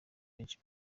benshi